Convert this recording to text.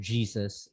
Jesus